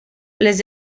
les